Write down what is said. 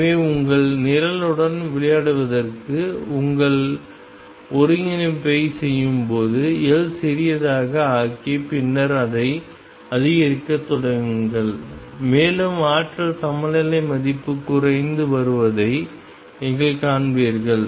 எனவே உங்கள் நிரலுடன் விளையாடுவதற்கு உங்கள் ஒருங்கிணைப்பைச் செய்யும்போது L சிறியதாக ஆக்கி பின்னர் அதை அதிகரிக்கத் தொடங்குங்கள் மேலும் ஆற்றல் சமநிலை மதிப்பு குறைந்து வருவதை நீங்கள் காண்பீர்கள்